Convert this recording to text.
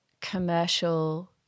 commercial